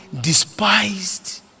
despised